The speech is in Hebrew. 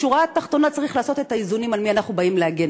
בשורה התחתונה צריך לעשות את האיזונים על מי אנחנו באים להגן.